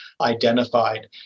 identified